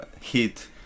heat